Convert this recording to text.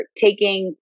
taking